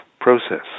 process